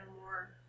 more